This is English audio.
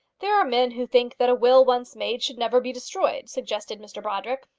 there are men who think that a will once made should never be destroyed, suggested mr brodrick.